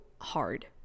hard